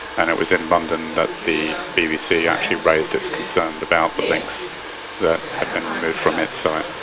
and it was in london that the bbc actually raised its concern about the links that had been removed from its site.